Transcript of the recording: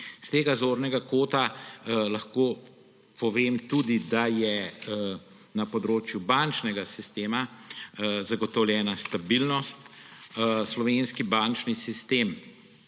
S tega zornega kota lahko tudi povem, da je na področju bančnega sistema zagotovljena stabilnost. Slovenski bančni sistem